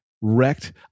wrecked